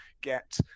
get